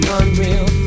unreal